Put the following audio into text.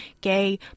gay